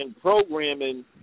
programming